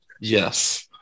Yes